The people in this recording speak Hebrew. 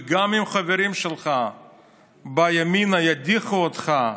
גם אם חברים שלך בימינה ידיחו אותך,